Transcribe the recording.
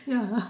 ya ha